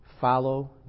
Follow